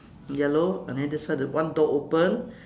yellow and then the side one door open